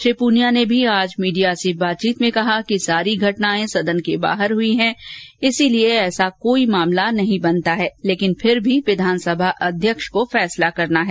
श्री पूनिया ने भी आज मीडिया से बातचीत में कहा कि सारी घटनाएं सदन के बाहर हुई इसलिए ऐसा कोई मामला बनता नहीं है लेकिन फिर भी विधानसभा अध्यक्ष को फैसला करना है